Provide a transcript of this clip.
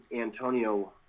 Antonio